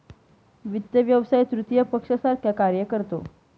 वित्त व्यवसाय तृतीय पक्षासारखा कार्य करतो